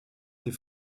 des